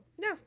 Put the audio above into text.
no